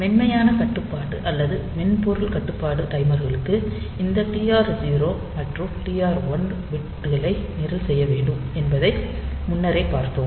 மென்மையான கட்டுப்பாட்டு அல்லது மென்பொருள் கட்டுப்பாட்டு டைமர்களுக்கு இந்த டிஆர் 0 மற்றும் டிஆர் 1 பிட்களை நிரல் செய்ய வேண்டும் என்பதை முன்னரே பார்த்தோம்